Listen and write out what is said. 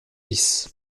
bis